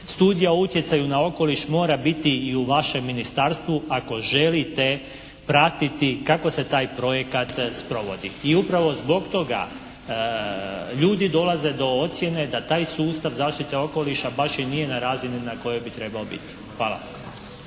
Studija o utjecaju na okoliš mora biti i u vašem ministarstvu ako želite pratiti kako se taj projekat sprovoditi. I upravo zbog toga ljudi dolaze do ocjene da taj sustav zaštite okoliša baš i nije na razini na kojoj bi trebao biti. Hvala.